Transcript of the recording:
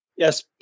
Yes